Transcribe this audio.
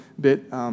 bit